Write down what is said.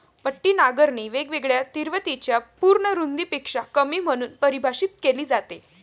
पट्टी नांगरणी वेगवेगळ्या तीव्रतेच्या पूर्ण रुंदीपेक्षा कमी म्हणून परिभाषित केली जाते